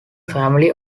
family